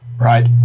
Right